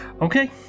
Okay